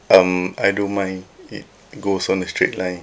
um I don't mind it goes on a straight line